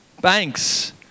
Banks